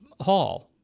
Hall